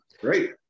Great